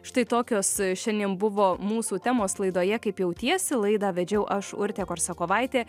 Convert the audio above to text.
štai tokios šiandien buvo mūsų temos laidoje kaip jautiesi laidą vedžiau aš urtė korsakovaitė